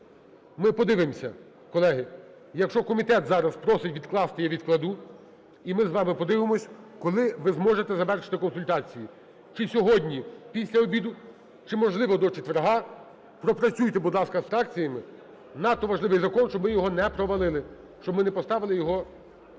Ми подивимося, колеги, якщо комітет зараз просить відкласти, я відкладу. І ми з вами подивимось, коли ви зможете завершити консультації. Чи сьогодні після обіду, чи, можливо, до четверга пропрацюйте, будь ласка, з фракціями. Надто важливий закон, щоб ми його не провалили, щоб ми не поставили його